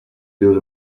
built